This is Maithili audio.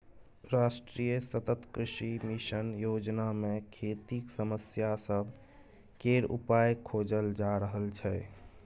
राष्ट्रीय सतत कृषि मिशन योजना मे खेतीक समस्या सब केर उपाइ खोजल जा रहल छै